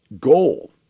goal